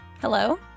Hello